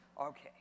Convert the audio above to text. Okay